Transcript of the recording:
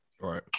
Right